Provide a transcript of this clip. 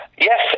Yes